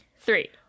three